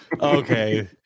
Okay